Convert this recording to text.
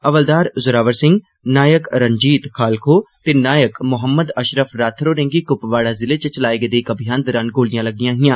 हवलदार जोरावर सिंह नायक रंजीत खालखो ते नायक मोहम्मद अषरफ राथर होरें गी कुपवाडा जिले च चलाए गेदे इक अभियान दौरान गोलियां लग्गियां हियां